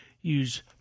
use